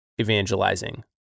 evangelizing